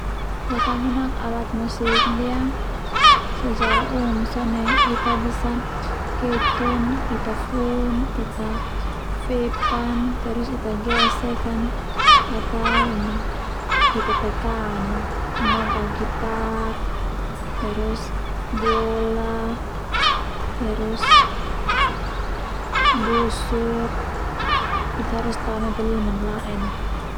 Takaminak alat musik ndia secarah umum sone ita bisa ketun Ita fun Ita fepan terus Ita gesek an atau ini Ita tekan a noka gitar terus biola terus busur Ita harus tao na Ita liman Laen.